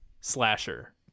slasher